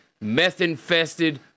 meth-infested